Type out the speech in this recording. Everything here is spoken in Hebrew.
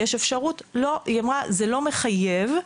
זה לא מחייב,